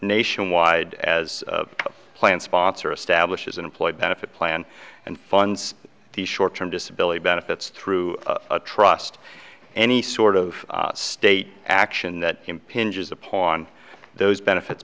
nationwide as a plan sponsor establishes an employee benefit plan and funds the short term disability benefits through a trust any sort of state action that impinges upon those benefits